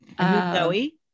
Zoe